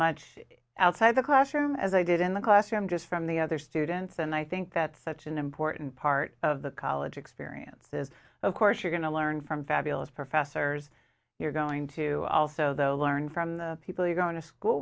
much outside the classroom as i did in the classroom just from the other students and i think that's such an important part of the college experience is of course you're going to learn from fabulous professors you're going to also though learn from the people you're going to school